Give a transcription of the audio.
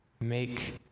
make